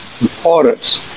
importance